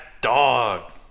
dog